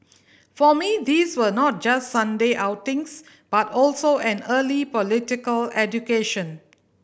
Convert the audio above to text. for me these were not just Sunday outings but also an early political education